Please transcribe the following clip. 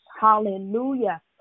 hallelujah